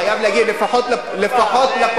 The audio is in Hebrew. חייב להגיד לפחות לפרוטוקול,